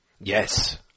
Yes